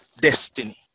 destiny